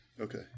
Okay